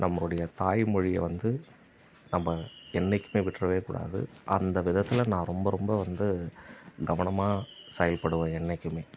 நம்மளுடைய தாய்மொழியை வந்து நம்ம என்றைக்குமே விட்டுடவே கூடாது அந்த விதத்தில் நான் ரொம்ப ரொம்ப வந்து கவனமாக செயல்படுவேன் என்றைக்குமே